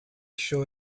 sure